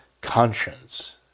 conscience